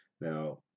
now